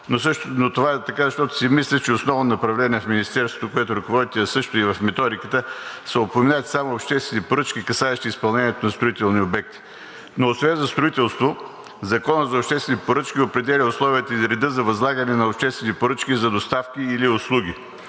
но това е така, защото си мисля, че основно направление в Министерството, което ръководите, е също и в Методиката, се упоменават само обществени поръчки, касаещи изпълнението на строителни обекти. Но освен за строителство Законът за обществените поръчки определя условията и реда за възлагане на обществени поръчки за доставки или услуги